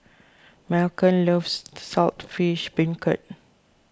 Malcom loves Salt fish Beancurd